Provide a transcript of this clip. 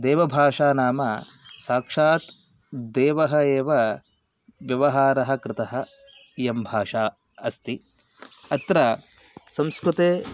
देवभाषा नाम साक्षात् देवैः एव व्यववहारः कृता इयं भाषा अस्ति अत्र संस्कृते